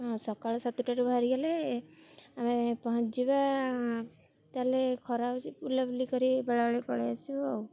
ହଁ ସକାଳୁ ସାତଟାରୁ ବାହାରିଗଲେ ଆମେ ପହଞ୍ଚିବା ତା'ହେଲେ ଖରା ହେଉଛି ବୁଲାବୁଲି କରି ବେଳା ବେଳି ପଳେଇ ଆସିବୁ ଆଉ